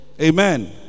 amen